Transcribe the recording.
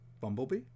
Bumblebee